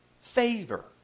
favor